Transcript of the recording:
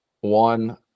One